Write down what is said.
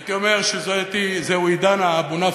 הייתי אומר שזהו עידן ה"אבו-נפחות",